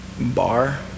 bar